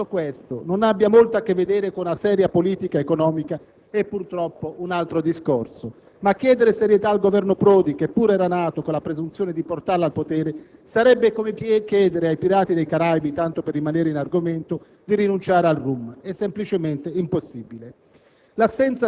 Che poi tutto questo non abbia molto a che vedere con una seria politica economica è purtroppo un altro discorso, ma chiedere serietà al Governo Prodi, che pur era nato con la presunzione di portarla al potere, sarebbe come chiedere ai pirati dei Caraibi - tanto per rimanere in argomento - di rinunciare al rhum. È semplicemente impossibile.